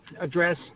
address